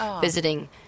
visiting